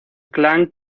clan